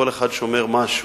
כל אחד שומר משהו.